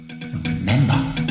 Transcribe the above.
remember